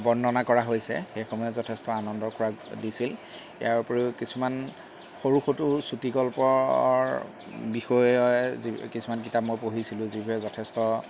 বৰ্ণনা কৰা হৈছে সেই সময়ত যথেষ্ট আনন্দৰ খোৰাক দিছিল ইয়াৰ উপৰিও কিছুমান সৰু সৰু চুটিগল্পৰ বিষয়ে যি কিছুমান কিতাপ মই পঢ়িছিলোঁ যিবোৰে যথেষ্ট